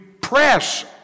press